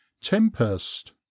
tempest